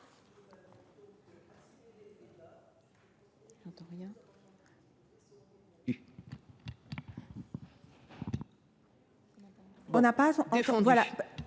Merci